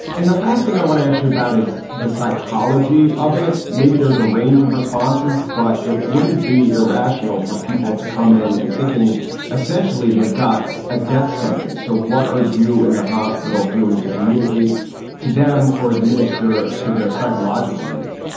and the last thing i want to ask you about is the psychology of it. maybe there's a range of responses, but it wouldn't be irrational for people to come in and thinking essentially they've got a death sentence. so what are you in the hospital doing to communicate to them or administer to their psychological needs?